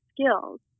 skills